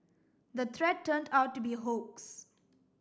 the threat turned out to be a hoax